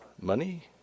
money